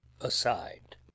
aside